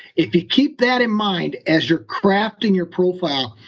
if you keep that in mind as you're crafting your profile,